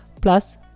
Plus